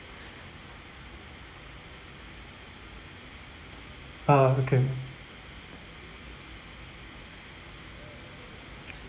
uh okay